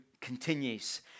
continues